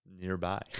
nearby